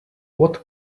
what